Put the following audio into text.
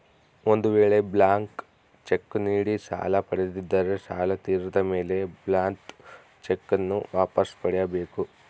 ಒಂದು ವೇಳೆ blank cheque ನೀಡಿ ಸಾಲ ಪಡೆದಿದ್ದರೆ ಸಾಲ ತೀರಿದ ಮೇಲೆ ಬ್ಲಾಂತ್ ಚೆಕ್ ನ್ನು ವಾಪಸ್ ಪಡೆಯ ಬೇಕು